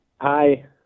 Hi